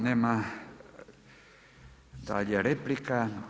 Nema dalje replika.